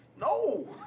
No